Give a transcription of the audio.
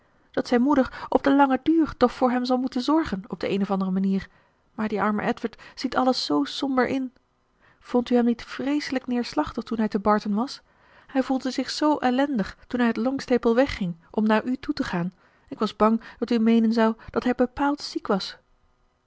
dat zijn moeder op den langen duur toch voor hem zal moeten zorgen op de eene of andere manier maar die arme edward ziet alles zoo somber in vondt u hem niet vreeselijk neerslachtig toen hij te barton was hij voelde zich zoo ellendig toen hij uit longstaple wegging om naar u toe te gaan ik was bang dat u meenen zou dat hij bepaald ziek was